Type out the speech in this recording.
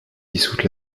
dissoute